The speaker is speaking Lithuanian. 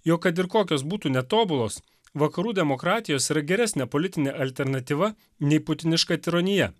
jog kad ir kokios būtų netobulos vakarų demokratijos yra geresnė politinė alternatyva nei putiniška tironija